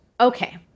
Okay